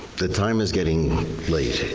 the time is getting late.